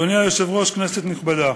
אדוני היושב-ראש, כנסת נכבדה,